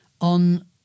on